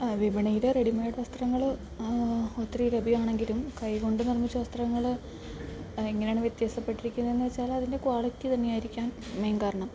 വിപണിയുടെ റെഡിമേയ്ഡ് വസ്ത്രങ്ങൾ ഒത്തിരി ലഭ്യമാണെങ്കിലും കൈകൊണ്ട് നിർമ്മിച്ച വസ്ത്രങ്ങൾ അത് എങ്ങനെയാണ് വ്യത്യസ്തപ്പെട്ടിരിക്കുന്നത് എന്നു വച്ചാൽ അതിൻ്റെ ക്വാളിറ്റി തന്നെ ആയിരിക്കാം മെയിൻ കാരണം